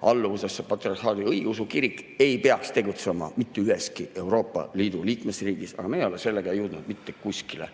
patriarhaadi alluvuses olev õigeusu kirik ei peaks tegutsema mitte üheski Euroopa Liidu liikmesriigis, aga me ei ole sellega jõudnud mitte kuskile.